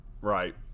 right